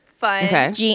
Fun